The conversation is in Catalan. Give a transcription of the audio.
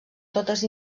totes